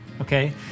okay